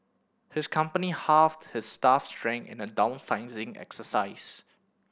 his company halved his staff strength in a downsizing exercise